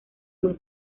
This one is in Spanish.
muy